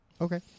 Okay